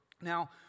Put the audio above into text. Now